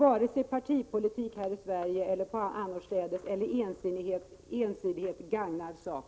Varken partipolitik, här i Sverige eller annorstädes, eller ensidighet gagnar denna sak.